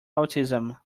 autism